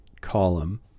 column